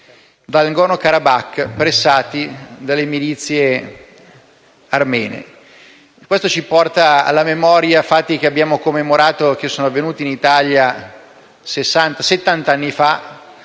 dal Nagorno Karabakh, pressati dalle milizie armene. Questo ci porta alla memoria fatti che abbiamo commemorato e che sono avvenuti in Italia settant'anni fa,